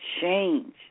change